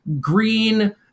green